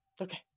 Okay